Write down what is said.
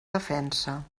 defensa